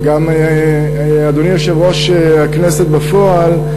גם אדוני יושב-ראש הכנסת בפועל,